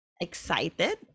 excited